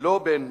לא בין